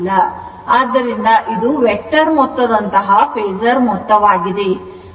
ಆದ್ದರಿಂದ ಇದು ವೆಕ್ಟರ್ ಮೊತ್ತದಂತಹ ಫೇಸರ್ ಮೊತ್ತವಾಗಿದೆ